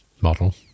model